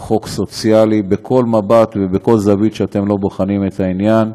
הוא חוק סוציאלי בכל מבט ובכל זווית שאתם בוחנים את העניין.